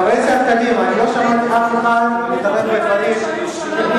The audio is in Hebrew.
חברי סיעת קדימה, אני לא שמעתי אף אחד מדבר, אני